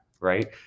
right